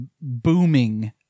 booming